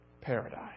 paradise